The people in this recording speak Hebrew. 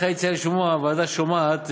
אחרי היציאה לשימוע הוועדה שומעת,